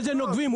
איזה נוקבים,